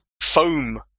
Foam